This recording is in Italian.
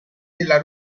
della